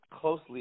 Closely